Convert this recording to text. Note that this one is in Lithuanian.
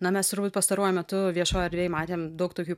na mes turbūt pastaruoju metu viešojoj erdvėj matėm daug tokių